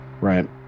Right